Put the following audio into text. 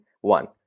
one